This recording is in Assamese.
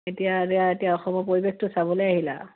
এতিয়া এতিয়া এতিয়া অসমৰ পৰিৱেশটো চাবলৈ আহিলা